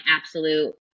absolute